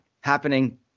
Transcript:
happening